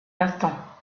l’instant